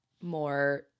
more